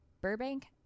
burbank